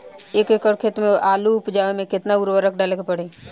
एक एकड़ खेत मे आलू उपजावे मे केतना उर्वरक डाले के पड़ी?